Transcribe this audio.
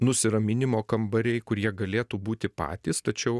nusiraminimo kambariai kur jie galėtų būti patys tačiau